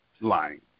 lying